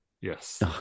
yes